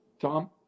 Tom